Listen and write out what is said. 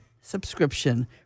subscription